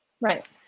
Right